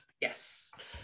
Yes